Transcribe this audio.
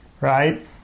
right